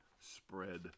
spread